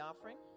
offering